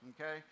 okay